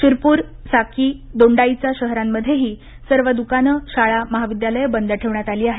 शिरपूर साकी दोंडाईचा शहरांमध्येही सर्व द्कानं शाळा महाविद्यालयं बंद ठेवण्यात आली आहेत